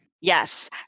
Yes